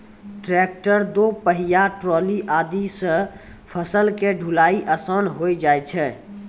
tractor, दो पहिया trolley आदि सॅ फसल के ढुलाई आसान होय जाय छै